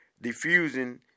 diffusing